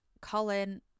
Colin